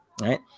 right